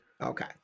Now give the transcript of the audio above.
Okay